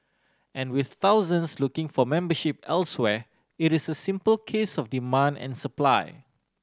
and with thousands looking for membership elsewhere it is a simple case of demand and supply